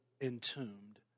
entombed